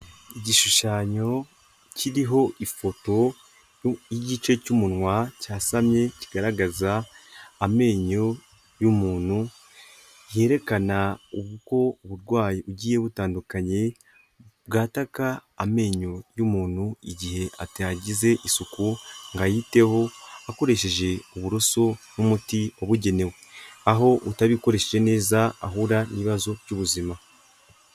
Igishushanyo kiriho ifoto y'igice cy'umunwa cyasamye, kigaragaza amenyo y'umuntu yerekana uko uburwayi bugiye butandukanye, bwataka amenyo y'umuntu igihe atagize isuku ngo ayiteho akoresheje uburoso n'umuti wabugenewe, aho utabikoreshe neza ahura n'ibibazo by'ubuzima.